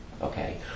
okay